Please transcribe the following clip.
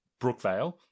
Brookvale